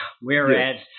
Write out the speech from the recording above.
whereas